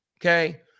Okay